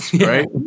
right